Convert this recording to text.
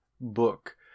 book